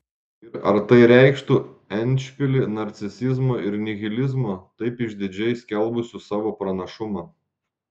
ir ar tai reikštų endšpilį narcisizmo ir nihilizmo taip išdidžiai skelbusių savo pranašumą